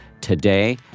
today